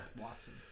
Watson